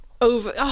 over